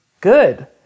good